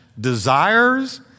desires